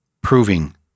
proving